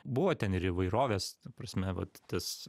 buvo ten ir įvairovės prasme vat tas